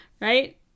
Right